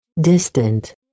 Distant